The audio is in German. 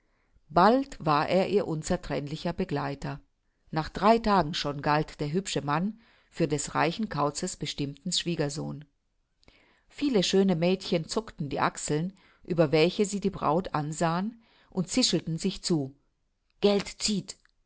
bald war er ihr unzertrennlicher begleiter nach drei tagen schon galt der hübsche mann für des reichen kauzes bestimmten schwiegersohn viele schöne mädchen zuckten die achseln über welche sie die braut ansahen und zischelten sich zu geld zieht